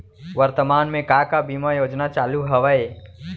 वर्तमान में का का बीमा योजना चालू हवये